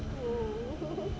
oh